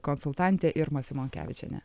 konsultantė irma simonkevičienė